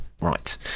Right